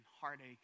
heartache